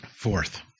Fourth